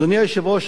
אדוני היושב-ראש,